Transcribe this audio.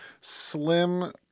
slim